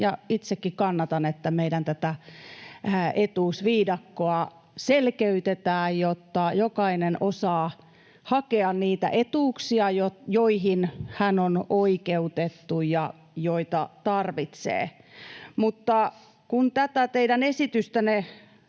itsekin kannatan sitä, että tätä meidän etuusviidakkoa selkeytetään, jotta jokainen osaa hakea niitä etuuksia, joihin hän on oikeutettu ja joita hän tarvitsee. Mutta kun tätä teidän esitystänne